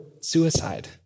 suicide